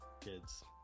Kids